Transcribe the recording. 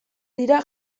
dira